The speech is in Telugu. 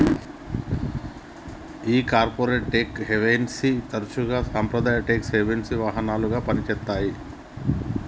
ఈ కార్పొరేట్ టెక్స్ హేవెన్ని తరసుగా సాంప్రదాయ టాక్స్ హెవెన్సి వాహనాలుగా పని చేత్తాయి